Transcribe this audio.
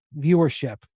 viewership